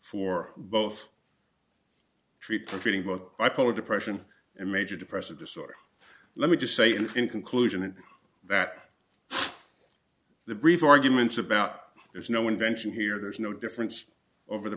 for both treat proceeding with bipolar depression and major depressive disorder let me just say in conclusion and that the brief arguments about there's no invention here there's no difference over the